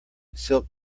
silk